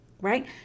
right